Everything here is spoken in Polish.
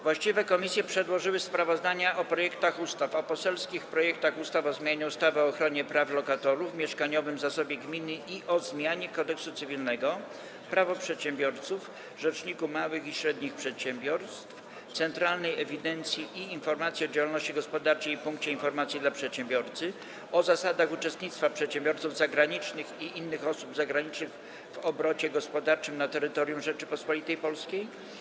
Właściwe komisje przedłożyły sprawozdania o projektach ustaw: - o zmianie ustawy o ochronie praw lokatorów, mieszkaniowym zasobie gminy i o zmianie Kodeksu cywilnego, - Prawo przedsiębiorców, - o Rzeczniku Małych i Średnich Przedsiębiorstw, - o Centralnej Ewidencji i Informacji o Działalności Gospodarczej i Punkcie Informacji dla Przedsiębiorcy, - o zasadach uczestnictwa przedsiębiorców zagranicznych i innych osób zagranicznych w obrocie gospodarczym na terytorium Rzeczypospolitej Polskiej,